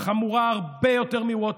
חמורה הרבה יותר מווטרגייט,